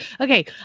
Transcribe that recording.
Okay